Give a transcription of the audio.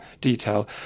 detail